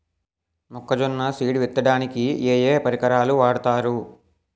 మొక్కజొన్న సీడ్ విత్తడానికి ఏ ఏ పరికరాలు వాడతారు?